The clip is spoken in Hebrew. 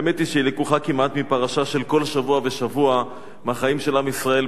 האמת היא שהיא לקוחה כמעט מפרשה של כל שבוע ושבוע מהחיים של עם ישראל,